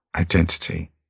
identity